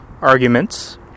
arguments